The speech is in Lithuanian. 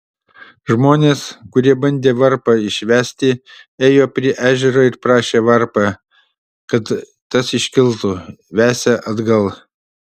žmonės kurie bandė varpą išvesti ėjo prie ežero ir prašė varpą kad tas iškiltų vesią atgal